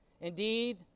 Indeed